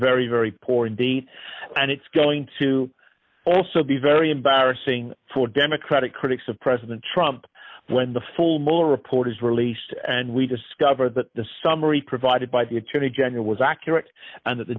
very very poor d and it's going to also be very embarrassing for democratic critics of president trump when the full report is released and we discovered that the summary provided by the attorney general was accurate and th